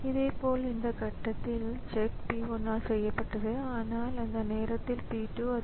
எனவே ஒவ்வொரு டிவைஸ் கண்ட்ரோலும் ஒரு குறிப்பிட்ட வகையான டிவைஸுக்கு பொறுப்பாகும்